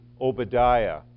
Obadiah